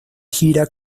gira